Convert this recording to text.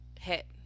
hit